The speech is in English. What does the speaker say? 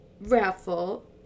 raffle